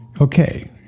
okay